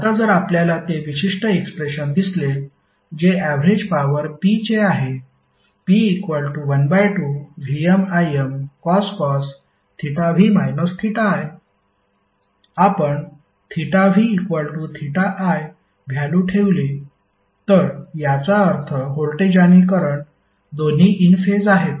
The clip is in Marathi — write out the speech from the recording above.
आता जर आपल्याला ते विशिष्ट एक्सप्रेशन दिसले जे ऍवरेज पॉवर P चे आहे P12VmImcos v i आपण viव्हॅल्यु ठेवली तर याचा अर्थ व्होल्टेज आणि करंट दोन्ही इन फेज आहेत